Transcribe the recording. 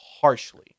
harshly